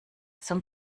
zum